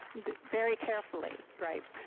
very carefully. right.